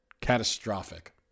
Catastrophic